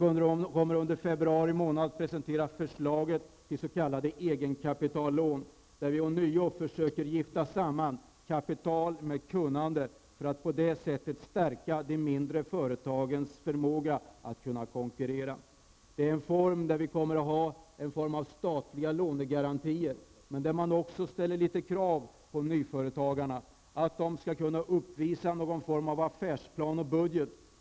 Under februari månad kommer vi att presentera förslaget till s.k. eget kapitallån där vi ånyo försöker gifta samman kapital med kunnande, för att på det sättet stärka de mindre företagens förmåga att konkurrera. Där kommer vi att ha en form av statliga lånegarantier, men man ställer också litet krav på de nya företagarna att de skall kunna uppvisa någon form av affärsplan och budget.